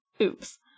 Oops